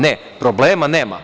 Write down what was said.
Ne, problema nema.